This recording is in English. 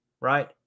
right